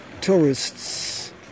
Tourists